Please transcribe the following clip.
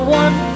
one